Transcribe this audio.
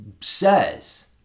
says